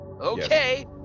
Okay